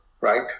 right